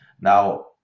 Now